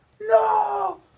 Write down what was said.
No